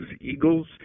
eagles